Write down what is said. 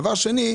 דבר שני,